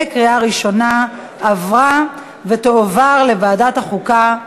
לוועדת החוקה,